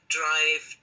drive